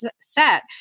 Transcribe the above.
set